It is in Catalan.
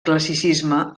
classicisme